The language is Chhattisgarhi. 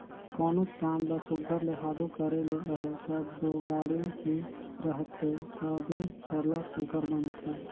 कोनोच काम ल सुग्घर ले हालु करे ले अहे तब दो गाड़ी ही रहथे तबे सरलग सुघर बनथे